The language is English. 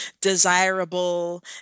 desirable